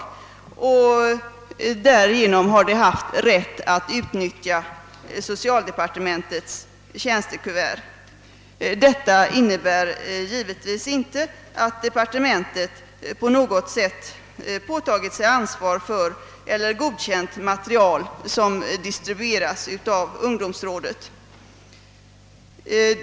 Därigenom har ungdomsrådet också haft rätt att utnyttja socialdepartementets tjänstekuvert. Detta innebär givetvis inte att socialdepartementet påtagit sig ansvaret för eller godkänt material som distribuerats av ungdomsrådet.